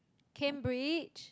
Cambridge